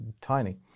tiny